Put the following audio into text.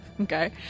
Okay